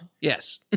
yes